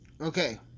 Okay